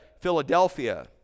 Philadelphia